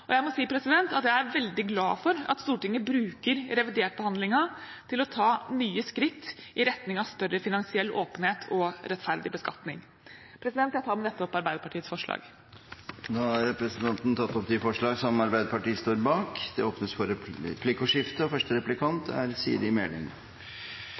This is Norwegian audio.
komiteen. Jeg må si at jeg er veldig glad for at Stortinget bruker behandlingen av revidert budsjett til å ta nye skritt i retning av større finansiell åpenhet og rettferdig beskatning. Jeg tar med dette opp de forslagene Arbeiderpartiet har alene eller sammen med andre. Representanten Marianne Marthinsen har da tatt opp de forslagene hun refererte til. Det blir replikkordskifte.